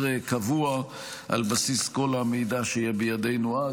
קבוע על בסיס כל המידע שיהיה בידינו אז.